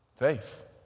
faith